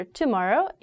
tomorrow